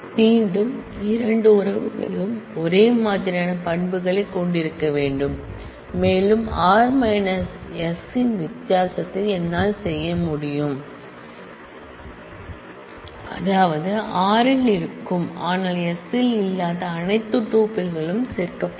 மீண்டும் இரண்டு ரிலேஷன்களும் ஒரே மாதிரியான பண்புகளைக் கொண்டிருக்க வேண்டும் மேலும் r s இன் வித்தியாசத்தை என்னால் செய்ய முடியும் அதாவது r இல் இருக்கும் ஆனால் s இல் இல்லாத அனைத்து டூப்பிள்களும் சேர்க்கப்படும்